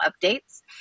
updates